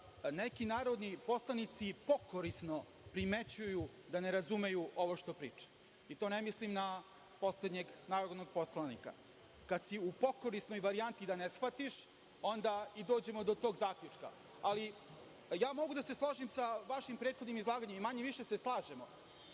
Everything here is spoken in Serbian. neki narodni poslanici pokorisno primećuju da ne razumeju ovo što pričam, i to ne mislim na poslednjeg narodnog poslanika. Kada si u pokorisnoj varijanti da ne shvatiš, onda dođemo do tog zaključka. Mogu da se složim sa vašim prethodnim izlaganjem i manje-više se slažemo,